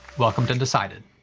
welcome to undecided.